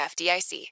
FDIC